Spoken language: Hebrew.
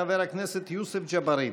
חבר הכנסת יוסף ג'בארין.